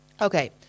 Okay